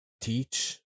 teach